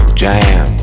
jam